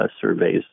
surveys